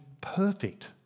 perfect